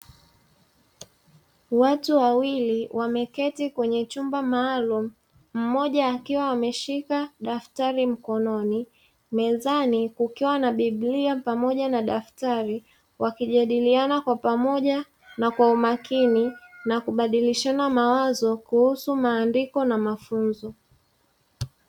Watu wawili wameketi kwenye chumba maalumu, mmoja akiwa ameshika daftari mkononi, mezani kukiwa na biblia pamoja na daftari, wakijadiliana kwa pamoja na kwa umakini na kubadilishana mawazo kuhusu maandiko na mafunzo.